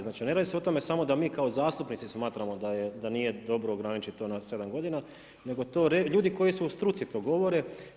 Znači ne radi se o tome samo da mi kao zastupnici smatramo da nije dobro ograničiti to na sedam godina nego ljudi koji su u struci to govore.